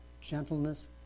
gentleness